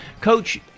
Coach